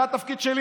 זה גם התפקיד שלי.